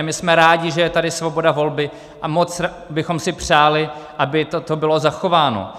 My jsme rádi, že je tady svoboda volby, a moc bychom si přáli, aby toto bylo zachováno.